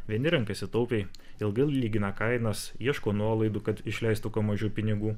vieni renkasi taupiai ilgai lygina kainas ieško nuolaidų kad išleistų kuo mažiau pinigų